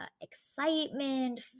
excitement